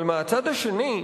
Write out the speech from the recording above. אבל מהצד השני,